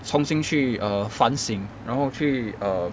重新去 err 反省然后去 err